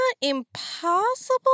impossible